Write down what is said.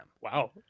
Wow